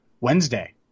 Wednesday